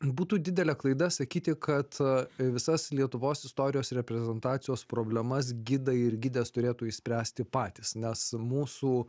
būtų didelė klaida sakyti kad visas lietuvos istorijos reprezentacijos problemas gidai ir gidės turėtų išspręsti patys nes mūsų